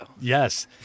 Yes